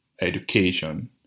education